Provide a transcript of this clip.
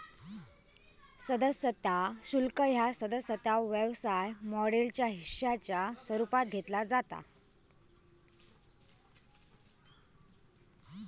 सदस्यता शुल्क ह्या सदस्यता व्यवसाय मॉडेलच्या हिश्शाच्या स्वरूपात घेतला जाता